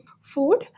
food